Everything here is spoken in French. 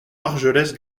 argelès